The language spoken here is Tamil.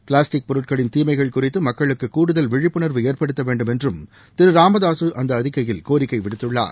பிளாஸ்டிக் பொருட்களின் தீமைகள் குறித்து மக்களுக்கு கூடுதல் விழிப்புணர்வு ஏற்படுத்த வேண்டும் என்றும் திரு ராமதாசு அந்த அறிக்கையில் கோரிக்கை விடுத்துள்ளார்